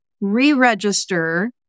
re-register